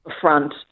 front